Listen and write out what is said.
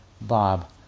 Bob